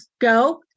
Go